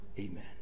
Amen